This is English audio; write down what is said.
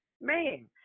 Man